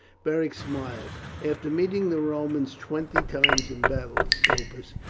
beric smiled. after meeting the romans twenty times in battle, scopus,